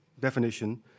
definition